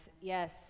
yes